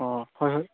ꯑꯣ ꯍꯣꯏ ꯍꯣꯏ